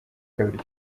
kabiri